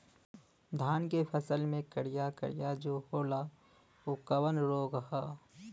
धान के फसल मे करिया करिया जो होला ऊ कवन रोग ह?